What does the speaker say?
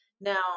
Now